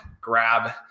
grab